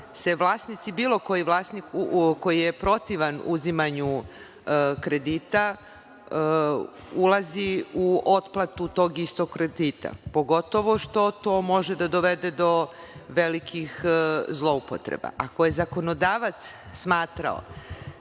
vlasnik koji je protivan uzimanju kredita ulazi u otplatu tog istog kredita, pogotovo što to može da dovede do velikih zloupotreba. Ako je zakonodavac smatrao